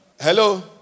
Hello